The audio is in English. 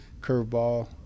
curveball